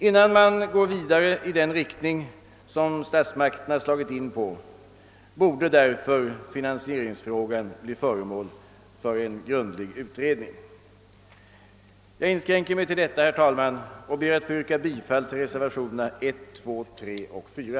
Innan man går vidare i den riktning som statsmakterna slagit in på borde därför finansieringsfrågan bli föremål för en grundlig utredning. Jag inskränker mig till detta, herr talman, och ber att få yrka bifall till reservationerna 1, 2, 3 och 4.